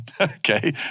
okay